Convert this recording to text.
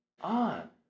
on